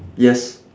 yes